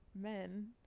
men